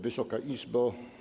Wysoka Izbo!